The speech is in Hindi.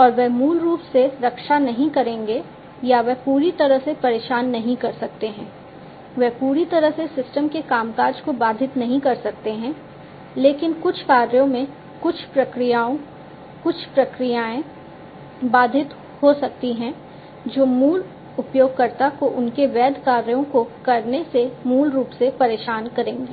और वे मूल रूप से रक्षा नहीं करेंगे या वे पूरी तरह से परेशान नहीं कर सकते हैं वे पूरी तरह से सिस्टम के कामकाज को बाधित नहीं कर सकते हैं लेकिन कुछ कार्यों में कुछ प्रक्रियाएँ कुछ प्रक्रियाएँ बाधित हो सकती हैं और जो मूल उपयोगकर्ता को उनके वैध कार्यों को करने से मूल रूप से परेशान करेंगी